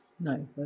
No